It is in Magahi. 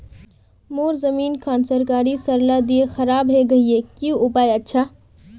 मोर जमीन खान सरकारी सरला दीया खराब है गहिये की उपाय अच्छा?